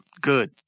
good